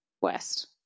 west